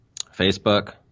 Facebook